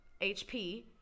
HP